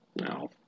no